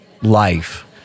life